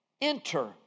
Enter